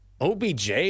OBJ